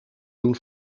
doen